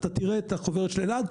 אתה תראה את החוברת של אלעד,